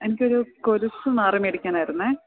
എനിക്കൊരു കൊലുസ്സ് മാറി മേടിക്കാനാരുന്നേ